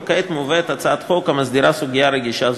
וכעת מובאת הצעת החוק המסדירה סוגיה רגישה זו.